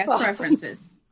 preferences